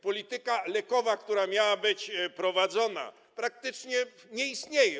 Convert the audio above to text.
Polityka lekowa, która miała być prowadzona, praktycznie nie istnieje.